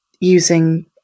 using